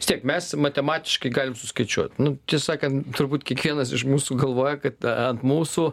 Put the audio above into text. vis tiek mes matematiškai galim suskaičiuot nu tiesą sakant turbūt kiekvienas iš mūsų galvoja kad ant mūsų